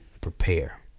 prepare